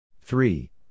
Three